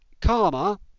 karma